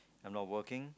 I'm not working